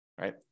right